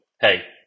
hey